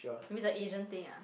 that means the Asian thing ah